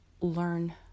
learn